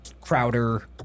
Crowder